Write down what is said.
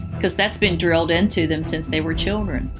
because that's been drilled into them since they were children.